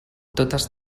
totes